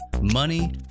money